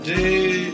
day